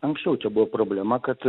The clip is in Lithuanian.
anksčiau čia buvo problema kad